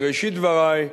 בראשית דברי,